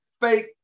fake